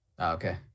okay